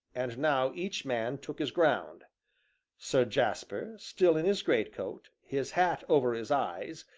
and now each man took his ground sir jasper, still in his greatcoat, his hat over his eyes,